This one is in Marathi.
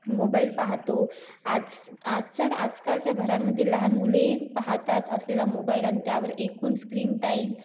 मोबाईल पाहतो आज आजच्या आजकालच्या घरांमधे लहान मुले पाहतात असलेला मोबाईल आणि त्यावर एकून स्क्रीनटाईम